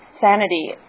sanity